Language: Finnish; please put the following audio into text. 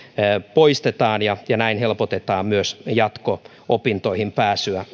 poistetaan ja sitä kautta helpotetaan myös jatko opintoihin pääsyä